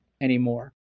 anymore